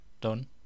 done